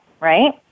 right